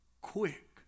quick